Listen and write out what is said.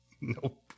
Nope